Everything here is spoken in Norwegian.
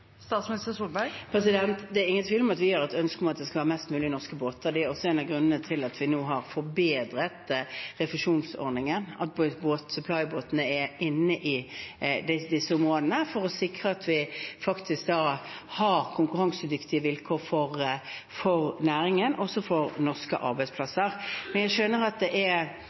Det er ingen tvil om at vi har et ønske om at det skal være mest mulig norske båter. Det er også en av grunnene til at vi nå har forbedret refusjonsordningen, og at supplybåtene er inne i disse områdene for å sikre at vi faktisk har konkurransedyktige vilkår for næringen, også for norske arbeidsplasser. Jeg skjønner at det er